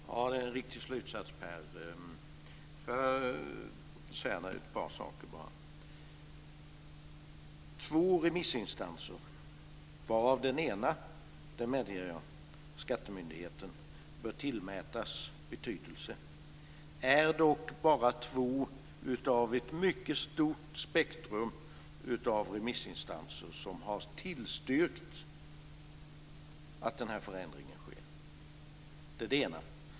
Fru talman! Ja, det är en riktig slutsats, Per. Jag ska bara ta upp ett par saker. Två remissinstanser, varav den ena är Skattemyndigheten och, det medger jag, bör tillmätas betydelse, är dock bara två av ett mycket stort spektrum av remissinstanser som har tillstyrkt att den här förändringen sker. Det är det ena.